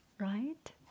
Right